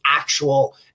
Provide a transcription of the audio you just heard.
actual